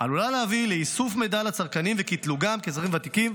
עלולה להביא לאיסוף מידע על הצרכנים וקטלוגם כאזרחים ותיקים,